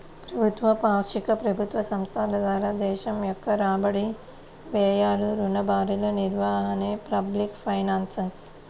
ప్రభుత్వ, పాక్షిక ప్రభుత్వ సంస్థల ద్వారా దేశం యొక్క రాబడి, వ్యయాలు, రుణ భారాల నిర్వహణే పబ్లిక్ ఫైనాన్స్